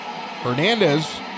Hernandez